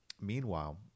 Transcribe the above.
Meanwhile